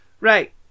Right